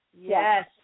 Yes